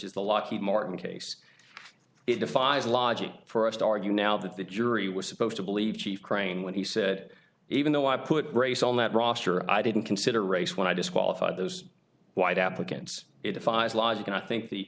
is the lockheed martin case it defies logic for us to argue now that the jury was supposed to believe chief crane when he said even though i put race on that roster i didn't consider race when i disqualified those white applicants it defies logic and i think the